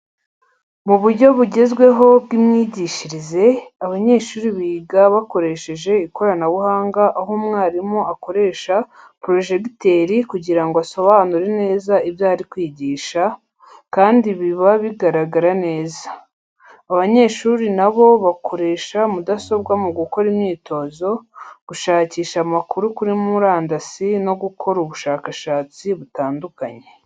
Mu buryo bugezweho bw'imyigishirize, abanyeshuri biga bakoresheje ikoranabuhanga aho umwarimu akoresha porojegiteri kugira ngo asobanure neza ibyo ari kwigisha, kandi biba bigaragara neza. Abanyeshuri na bo bakoresha mudasobwa mu gukora imyitozo, gushakisha amakuru kuri murandasi no gukora ubushakashatsi butandukanye.